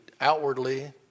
outwardly